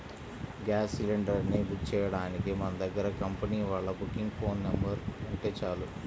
gas cylinder ని book చెయ్యడానికి మన దగ్గర కంపెనీ వాళ్ళ బుకింగ్ ఫోన్ నెంబర్ ఉంటే చాలు